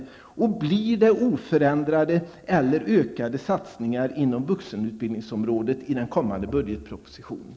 Kommer det att bli oförändrade eller ökade satsningar på vuxenutbildningsområdet i den kommande budgetpropositionen?